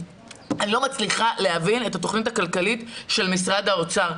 אני לא מצליחה להבין את התכנית הכלכלית של משרד האוצר,